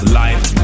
life